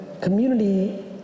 community